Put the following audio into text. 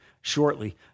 shortly